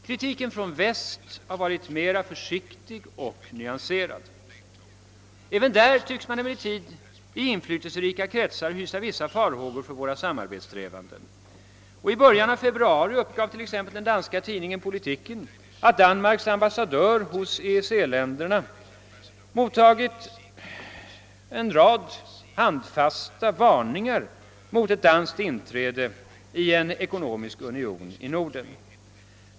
Kritiken från väst har varit mera försiktig och nyanserad. Även där tycks man emellertid i inflytelserika kretsar hysa vissa farhågor för våra samarbetssträvanden. I början av februari uppgav t.ex. den danska tidningen Politiken att Danmarks ambassadör hos EEC-länderna mottagit en rad handfasta varningar mot ett danskt inträde i en ekonomisk union i Norden.